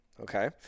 Okay